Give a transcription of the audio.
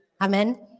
Amen